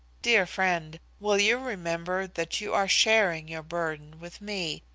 dear friend, will you remember that you are sharing your burden with me,